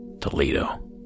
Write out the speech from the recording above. Toledo